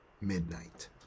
Midnight